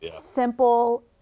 simple